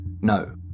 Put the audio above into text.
no